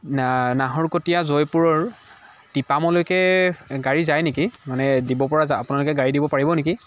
নাহৰকটীয়া জয়পুৰৰ টিপামলৈকে গাড়ী যায় নেকি মানে দিব পৰা আপোনালোকে গাড়ী দিব পাৰিব নেকি